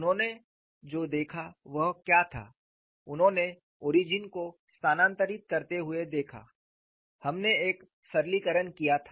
उन्होंने जो देखा वह क्या था उन्होंने ओरिजिन को स्थानांतरित करते हुए देखा हमने एक सरलीकरण किया था